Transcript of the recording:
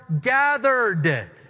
gathered